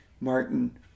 Martin